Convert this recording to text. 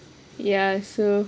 ya so